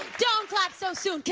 don't clap so soon.